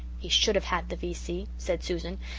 he should have had the v c, said susan,